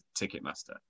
Ticketmaster